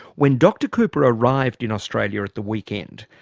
when dr cooper arrived in australia at the weekend,